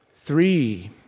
Three